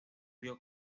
río